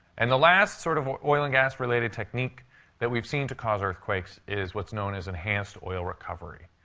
and the last sort of oil and gas-related technique that we've seen to cause earthquakes is what's known as enhanced oil recovery.